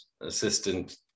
assistant